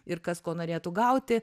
ir kas ko norėtų gauti